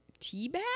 Teabag